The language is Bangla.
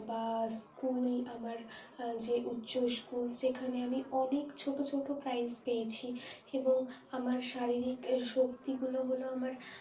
বা স্কুল আমার যে উচ্চ স্কুল সেখানে আমি অনেক ছোট ছোট প্রাইজ পেয়েছি এবং আমার শারীরিক শক্তিগুলো হলো আমার